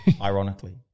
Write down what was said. Ironically